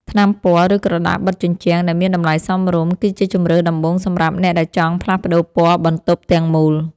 ថ្នាំពណ៌ ឬក្រដាសបិទជញ្ជាំង ដែលមានតម្លៃសមរម្យ គឺជាជម្រើសដំបូងសម្រាប់អ្នកដែលចង់ផ្លាស់ប្តូរពណ៌បន្ទប់ទាំងមូល។